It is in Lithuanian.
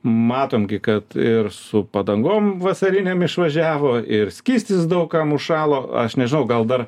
matom kad ir su padangom vasariniam išvažiavo ir skystis daug kam užšalo aš nežinau gal dar